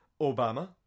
Obama